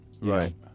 Right